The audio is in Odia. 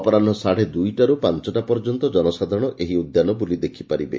ଅପରାହ ସାତେ ଦୁଇଟାରୁ ପାଞ୍ଚଟା ପର୍ଯ୍ୟନ୍ତ ଜନସାଧାରଣ ଏହି ଉଦ୍ୟାନ ବୁଲି ଦେଖିପାରିବେ